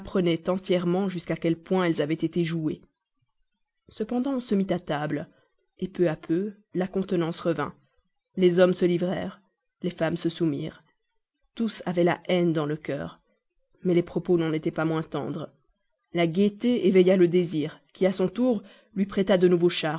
entièrement jusqu'à quel point elles avaient été jouées cependant on se mit à table peu à peu la contenance revint les hommes se livrèrent les femmes se soumirent tous avaient la haine dans le cœur mais les propos n'en étaient pas moins tendres la gaieté éveilla le désir qui à son tour lui prêta de nouveaux